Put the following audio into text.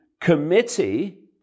committee